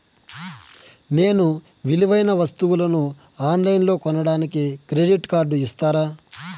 నేను విలువైన వస్తువులను ఆన్ లైన్లో కొనడానికి క్రెడిట్ కార్డు ఇస్తారా?